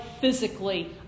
physically